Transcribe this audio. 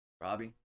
Robbie